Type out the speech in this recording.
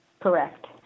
Correct